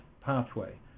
pathway